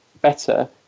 better